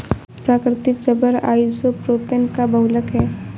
प्राकृतिक rubber isopropene का बहुलक है